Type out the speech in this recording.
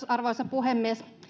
arvoisa puhemies